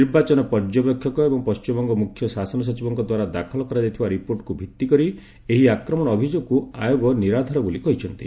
ନିର୍ବାଚନ ପର୍ଯ୍ୟବେକ୍ଷକ ଏବଂ ପଶ୍ଚିମବଙ୍ଗ ମୁଖ୍ୟ ଶାସନ ସଚିବଙ୍କ ଦ୍ୱାରା ଦାଖଲ କରାଯାଇଥିବା ରିପୋର୍ଟକୁ ଭିଭିକରି ଏହି ଆକ୍ରମଣ ଅଭିଯୋଗକୁ ଆୟୋଗ ନିରାଧାର ବୋଲି କହିଛନ୍ତି